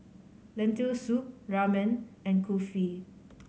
Lentil Soup Ramen and Kulfi